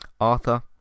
Arthur